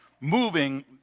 moving